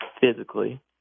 physically